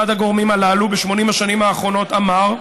אחד הגורמים הללו ב-80 השנים האחרונות אמר,